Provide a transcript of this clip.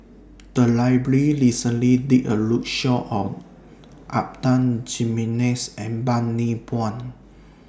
The Library recently did A roadshow on Adan Jimenez and Bani Buang